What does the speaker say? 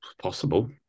possible